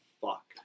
fuck